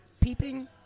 peeping